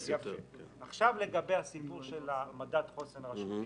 עכשיו לגבי הסיפור של מדד חוסן רשותי.